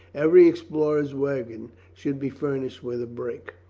every explorer's wagon should be furnished with a break.